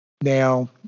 Now